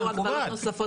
היו הגבלות נוספות.